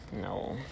No